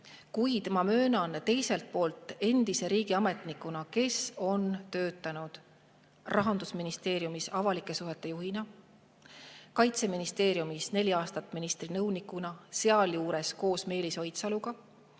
ma möönan endise riigiametnikuna, kes on töötanud Rahandusministeeriumis avalike suhete juhina, Kaitseministeeriumis neli aastat ministri nõunikuna, sealjuures koos Meelis Oidsaluga,